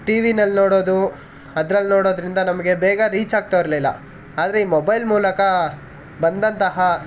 T ವಿಯಲ್ಲಿ ನೋಡೋದು ಅದ್ರಲ್ಲಿ ನೋಡೋದ್ರಿಂದ ನಮಗೆ ಬೇಗ ರೀಚ್ ಆಗ್ತಾ ಇರಲಿಲ್ಲ ಆದರೆ ಈ ಮೊಬೈಲ್ ಮೂಲಕ ಬಂದಂತಹ